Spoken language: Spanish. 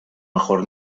mejor